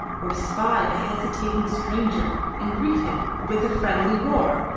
or spy a hesitating stranger and greet him with a friendly roar,